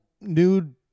nude –